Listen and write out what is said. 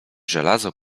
żelazo